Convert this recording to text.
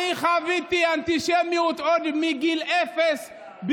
אני חוויתי אנטישמיות עוד מגיל אפס,